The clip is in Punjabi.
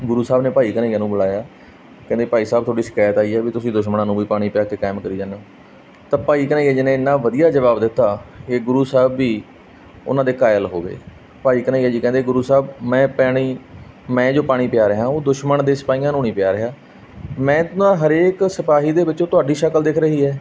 ਗੁਰੂ ਸਾਹਿਬ ਨੇ ਭਾਈ ਘਨੱਈਆ ਨੂੰ ਬੁਲਾਇਆ ਕਹਿੰਦੇ ਭਾਈ ਸਾਹਿਬ ਤੁਹਾਡੀ ਸ਼ਿਕਾਇਤ ਆਈ ਆ ਵੀ ਤੁਸੀਂ ਦੁਸ਼ਮਣਾਂ ਨੂੰ ਵੀ ਪਾਣੀ ਪੈ ਕੇ ਕਾਇਮ ਕਰੀ ਜਾਂਦੇ ਹੋ ਤਾਂ ਭਾਈ ਘਨੱਈਆ ਜੀ ਨੇ ਇੰਨਾਂ ਵਧੀਆ ਜਵਾਬ ਦਿੱਤਾ ਕਿ ਗੁਰੂ ਸਾਹਿਬ ਵੀ ਉਹਨਾਂ ਦੇ ਕਾਇਲ ਹੋ ਗਏ ਭਾਈ ਘਨੱਈਆ ਜੀ ਕਹਿੰਦੇ ਗੁਰੂ ਸਾਹਿਬ ਮੈਂ ਪੈਣੀ ਮੈਂ ਜੋ ਪਾਣੀ ਪਿਆ ਰਿਹਾ ਉਹ ਦੁਸ਼ਮਣ ਦੇ ਸਿਪਾਹੀਆਂ ਨੂੰ ਨਹੀਂ ਪਿਆ ਰਿਹਾ ਮੈਂ ਤਾਂ ਹਰੇਕ ਸਿਪਾਹੀ ਦੇ ਵਿੱਚੋਂ ਤੁਹਾਡੀ ਸ਼ਕਲ ਦਿਖ ਰਹੀ ਹੈ